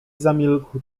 zamilkł